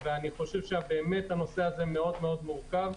הנושא הזה באמת מאוד מורכב.